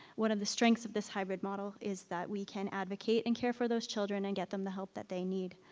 one of the strengths of this hybrid model is that we can advocate and care for those children and get them the help that they need.